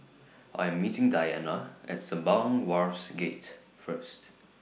I'm meeting Diana At Sembawang Wharves Gate First